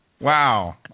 Wow